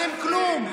אתם, כלום.